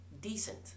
decent